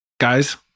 Guys